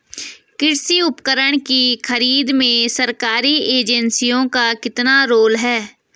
कृषि उपकरण की खरीद में सरकारी एजेंसियों का कितना रोल है?